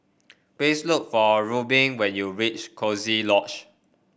please look for Reubin when you reach Coziee Lodge